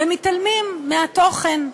ומתעלמים מהתוכן,